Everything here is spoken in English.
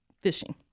fishing